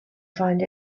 find